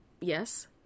Yes